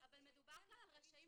כחומר חקירה בהתאם לדינים החלים עליה.